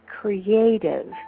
creative